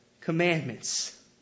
commandments